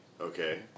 Okay